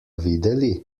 videli